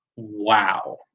Wow